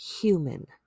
human